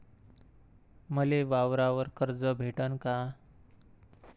मले वावरावर कर्ज भेटन का?